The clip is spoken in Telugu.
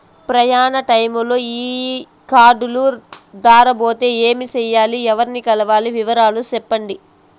ప్రయాణ టైములో ఈ కార్డులు దారబోతే ఏమి సెయ్యాలి? ఎవర్ని కలవాలి? వివరాలు సెప్పండి?